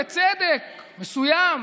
בצדק מסוים,